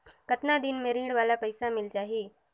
कतना दिन मे ऋण वाला पइसा मिल जाहि?